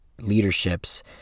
leaderships